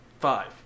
Five